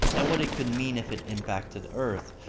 and what it could mean if it impacted earth.